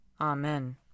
Amen